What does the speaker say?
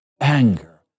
anger